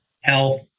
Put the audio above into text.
health